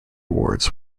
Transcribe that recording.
awards